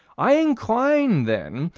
i incline, then,